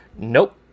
Nope